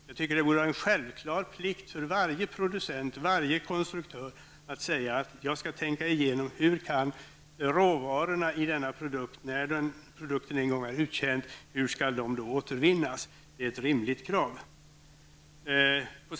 Jag tycker att det vore en självklar plikt för varje producent och varje konstruktör att tänka igenom hur råvarorna i produkten, när produkten en gång är uttjänt, skall kunna återvinnas. Det är ett rimligt krav.